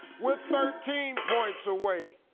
we're thirteen points away.